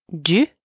du